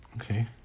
Okay